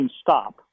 stop